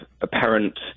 apparent